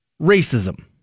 racism